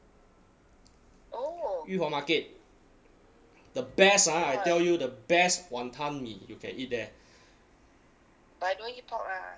裕华 market the best ah I tell you the best wanton mee you can eat there